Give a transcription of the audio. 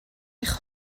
eich